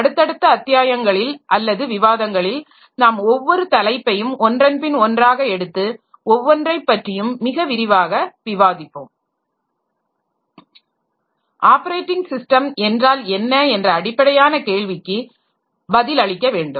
அடுத்தடுத்த அத்தியாயங்களில் அல்லது விவாதங்களில் நாம் ஒவ்வொரு தலைப்பையும் ஒன்றன்பின் ஒன்றாக எடுத்து ஒவ்வொன்றைப் பற்றியும் மிக விரிவாக விவாதிப்போம் ஆப்பரேட்டிங் ஸிஸ்டம் என்றால் என்ன என்ற அடிப்படையான கேள்விக்கு பதிலளிக்க வேண்டும்